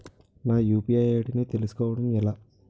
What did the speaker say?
నా UPI ID ని తెలుసుకోవడం ఎలా?